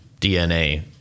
DNA